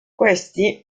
questi